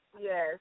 Yes